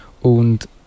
und